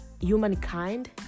humankind